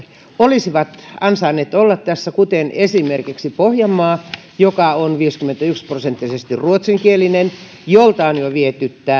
olisivat ansainneet olla tässä kuten esimerkiksi pohjanmaa joka on viisikymmentäyksi prosenttisesti ruotsinkielinen jolta on jo viety